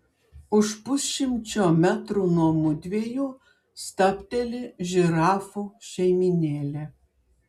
už pusšimčio metrų nuo mudviejų stabteli žirafų šeimynėlė